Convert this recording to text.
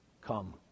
come